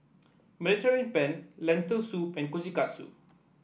Mediterranean Penne Lentil Soup and Kushikatsu